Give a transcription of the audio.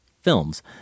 films